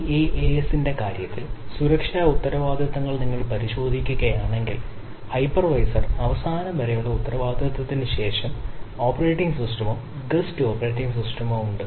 IaaS ന്റെ കാര്യത്തിൽ സുരക്ഷാ ഉത്തരവാദിത്തങ്ങൾ നിങ്ങൾ പരിശോധിക്കുകയാണെങ്കിൽ ഹൈപ്പർവൈസർ അവിടെയുണ്ട്